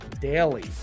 daily